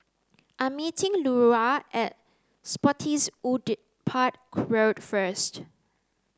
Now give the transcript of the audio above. I am meeting Lura at Spottiswoode Park Road first